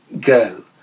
go